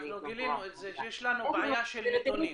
אוקיי,